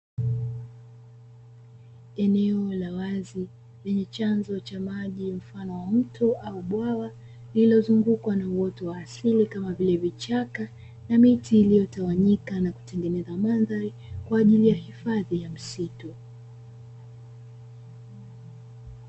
Eneo la wazi lenye chanzo cha maji mfano wa mto au bwawa, lililozungukwa na uoto wa asili kama vile vichaka, na miti iliyotawanyika na kutengeneza mandhari kwa ajili ya hifadhi ya msitu.